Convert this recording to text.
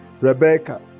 Rebecca